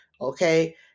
okay